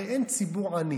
הרי אין ציבור עני.